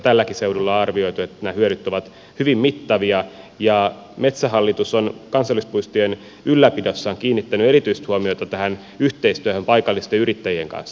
tälläkin seudulla on arvioitu että nämä hyödyt ovat hyvin mittavia ja metsähallitus on kansallispuistojen ylläpidossaan kiinnittänyt erityistä huomiota yhteistyöhön paikallisten yrittäjien kanssa